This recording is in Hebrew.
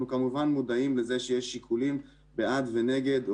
אנחנו כמובן מודעים לזה שיש שיקולים בעד ונגד,